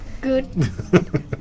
Good